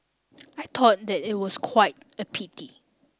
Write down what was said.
I thought that it was quite a pity